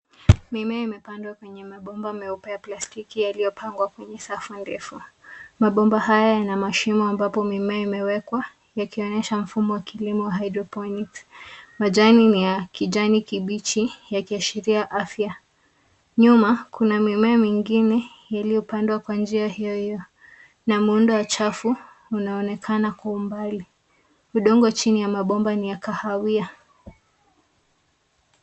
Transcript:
Mimea imepandwa kwenye mabomba meupe ya plastiki yaliyopangwa kwenye safu refu. Mabomba haya yana mashimo ambapo mimea imewekwa yakionyesha mfumo wa kilimo hydroponiki. Majani ni ya kijani kibichi yakiashiria afya. Nyuma, kuna mimea mengine yaliyopandwa kwa njia hio hio na muundo wa chafu unaonekana kwa umbali. Udongo chini ya mabomba ni ya kahawia.